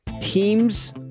Teams